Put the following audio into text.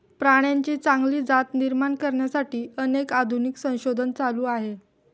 प्राण्यांची चांगली जात निर्माण करण्यासाठी अनेक आधुनिक संशोधन चालू आहे